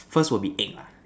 first would be egg lah